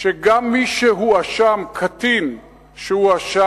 שגם מי שהואשם, קטין שהואשם,